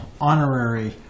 honorary